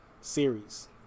series